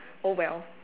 oh well